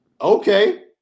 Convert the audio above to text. Okay